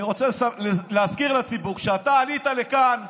אני רוצה להזכיר לציבור שאתה עלית לכאן,